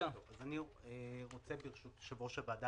ברשות היושב-ראש,